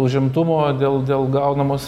užimtumo dėl dėl gaunamos